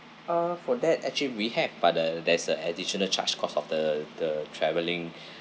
ah for that actually we have but uh there's a additional charge cost of the the traveling